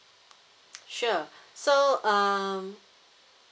sure so um